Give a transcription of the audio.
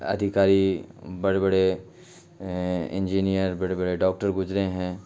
ادھیکاری بڑے بڑے انجینئر بڑے بڑے ڈاکٹر گزرے ہیں